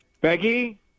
becky